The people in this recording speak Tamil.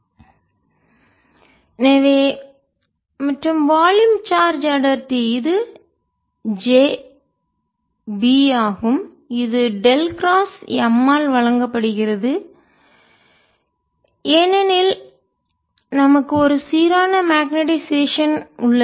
Kb Mn Mzz 0 எனவே மற்றும் வால்யும் சார்ஜ் அடர்த்தி இது j b ஆகும் இது டெல் கிராஸ் எம் ஆல் வழங்கப்படுகிறது ஏனெனில் நமக்கு ஒரு சீரான மக்னெட்டைசேஷன் காந்த மயமாக்கல்உள்ளது